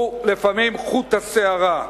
הוא לפעמים חוט השערה.